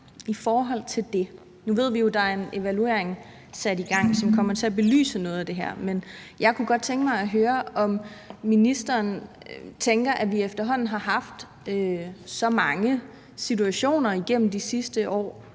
i forhold til det? Nu ved vi jo, at der er sat gang i en evaluering, som kommer til at belyse noget af det her, men jeg kunne godt tænke mig at høre, om ministeren tænker, at vi efterhånden igennem de sidste år